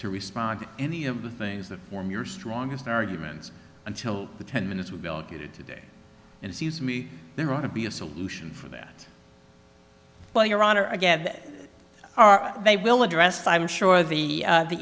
to respond to any of the things that form your strongest arguments until the ten minutes we will get it today and sees me there ought to be a solution for that while your honor again are they will address i'm sure the